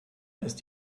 ist